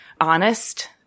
honest